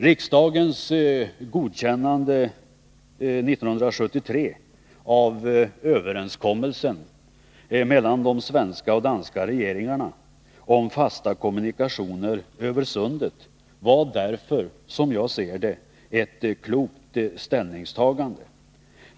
Riksdagens godkännande år 1973 av överenskommelsen mellan de svenska och danska regeringarna om fasta kommunikationer över sundet var därför, som jag ser det, ett klokt ställningstagande.